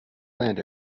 land